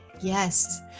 Yes